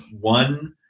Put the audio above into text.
one